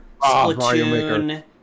Splatoon